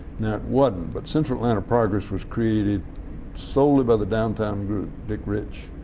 now it wasn't, but central atlanta progress was created solely by the downtown group, dick rich,